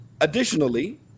Additionally